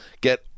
get